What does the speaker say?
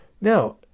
Now